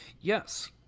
Yes